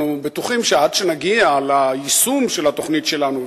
בטוחים שעד שנגיע ליישום של התוכנית שלנו,